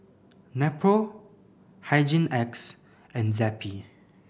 Nepro Hygin X and Zappy